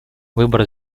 выбор